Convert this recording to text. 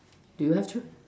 do you have chute